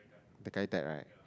the guy died right